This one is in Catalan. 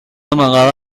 amagada